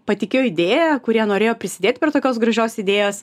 patikėjo idėja kurie norėjo prisidėt prie tokios gražios idėjos